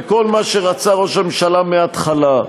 וכל מה שרצה ראש הממשלה מההתחלה,